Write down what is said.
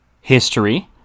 history